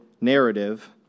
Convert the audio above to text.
narrative